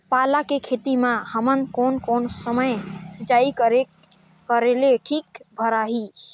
पाला के खेती मां हमन कोन कोन समय सिंचाई करेले ठीक भराही?